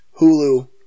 Hulu